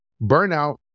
Burnout